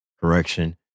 correction